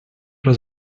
was